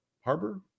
Harbor